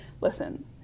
Listen